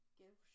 give